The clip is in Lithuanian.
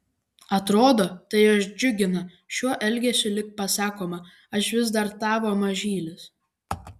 atrodo tai juos džiugina šiuo elgesiu lyg pasakoma aš vis dar tavo mažylis